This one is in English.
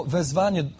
wezwanie